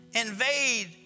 invade